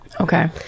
Okay